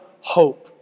hope